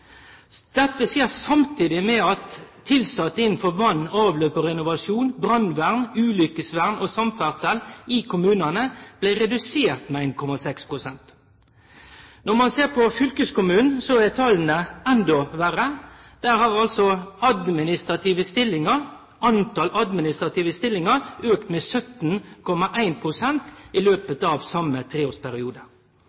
Dette skjer samtidig med at tilsette innanfor vann, avløp og renovasjon, brannvern, ulykkesvern og samferdsel i kommunane blir reduserte med 1,6 pst. Når ein ser på fylkeskommunen, er tala endå verre. Der har talet på administrative stillingar auka med 17,1 pst. i